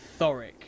Thoric